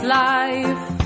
life